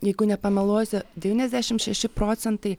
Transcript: jeigu nepameluosiu devyniasdešimt šeši procentai